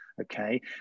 Okay